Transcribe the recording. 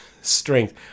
strength